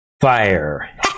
fire